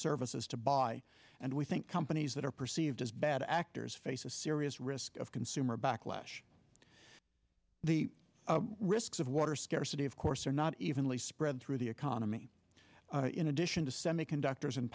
services to buy and we think companies that are perceived as bad actors face a serious risk of consumer backlash the risks of water scarcity of course are not evenly spread through the economy in addition to semiconductors